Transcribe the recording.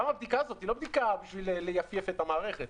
גם הבדיקה הזאת היא לא בדיקה בשביל לייפייף את המערכת,